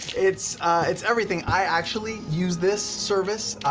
it's it's everything. i actually use this service.